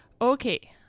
okay